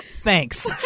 Thanks